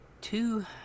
two